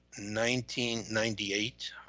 1998